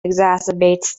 exacerbates